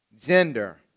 gender